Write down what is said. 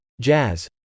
jazz